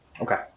okay